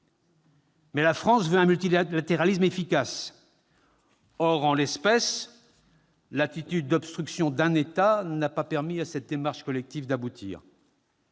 Mais la France veut un multilatéralisme efficace. Or, en l'espèce, l'attitude d'obstruction d'un État n'a pas permis à cette démarche collective d'aboutir.